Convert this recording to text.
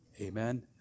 amen